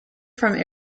from